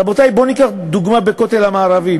רבותי, בואו ניקח לדוגמה את הכותל המערבי.